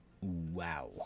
Wow